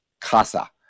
casa